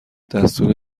دستور